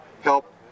help